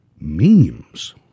memes